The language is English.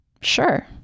Sure